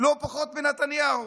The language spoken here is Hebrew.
לא פחות מנתניהו,